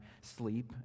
sleep